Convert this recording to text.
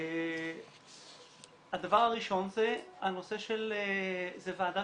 הדבר הראשון שזו ועדה